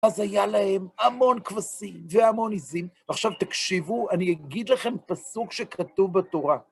אז היה להם המון כבשים והמון עזים. עכשיו תקשיבו, אני אגיד לכם פסוק שכתוב בתורה.